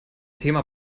thema